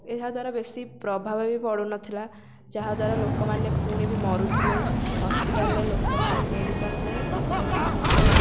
ଏହା ଦ୍ୱାରା ବେଶି ପ୍ରଭାବ ବି ପଡୁନଥିଲା ଯାହାଦ୍ୱାରା ଲୋକମାନେ ଫୁଣି ବି ମରୁଥିଲେ ହସ୍ପିଟାଲରେ ଲୋକମାନେ ମେଡ଼ିକାଲରେ ଲୋକମାନେ ବହୁତ